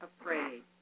afraid